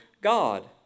god